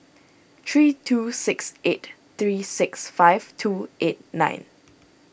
three two six eight three six five two eight nine